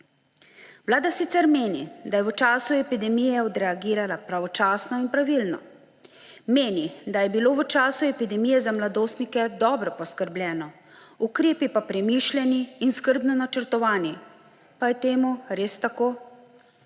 Vlada sicer meni, da je v času epidemije odreagirala pravočasno in pravilno. Meni, da je bilo v času epidemije za mladostnike dobro poskrbljeno, ukrepi pa premišljeni in skrbno načrtovani. Pa je temu res tako?